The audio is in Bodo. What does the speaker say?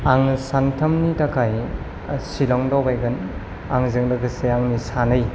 आङो सानथामनि थाखाय सिलं दावबायगोन आंजों लोगोसे आंनि सानै